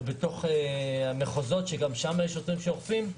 בתוך המחוזות שבהם יש גם שוטרים שאוכפים.